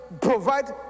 provide